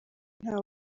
nta